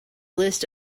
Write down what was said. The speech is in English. list